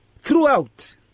throughout